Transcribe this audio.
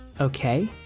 Okay